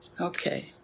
Okay